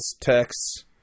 texts